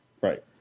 right